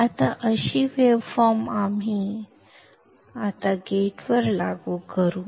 आता अशी वेव्हफॉर्म आम्ही आता गेटवर लागू करू